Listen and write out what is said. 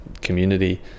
community